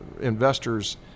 investors